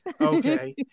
Okay